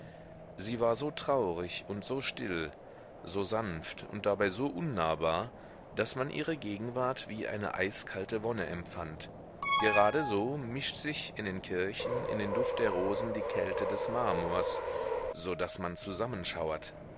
sie war so traurig und so still so sanft und dabei so unnahbar daß man ihre gegenwart wie eine eiskalte wonne empfand geradeso mischt sich in den kirchen in den duft der rosen die kälte des marmors so daß man zusammenschauert